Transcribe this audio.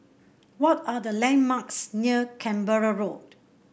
what are the landmarks near Canberra Road